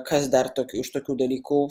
kas dar tokių iš tokių dalykų